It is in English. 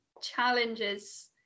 challenges